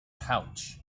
pouch